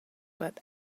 but